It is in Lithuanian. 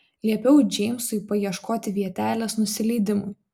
liepiau džeimsui paieškoti vietelės nusileidimui